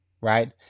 right